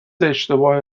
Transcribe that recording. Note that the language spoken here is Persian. اشتباه